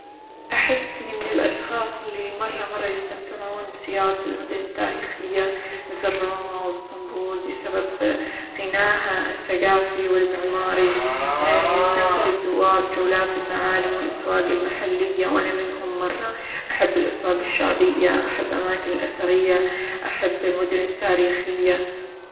أحس إني من الأشخاص اللي مرة مرة يستمتعون بزيارة المدن التاريخية مثل: روما، واسطنبول بسبب غناها الثقافي، والمعماري ، يستمتع الزوار بجولات المعالم، والأسواق المحلية، وأنا منهم مرة أحب الأسواق الشعبية، أحب الأماكن الأثرية، أحب المدن التاريخية.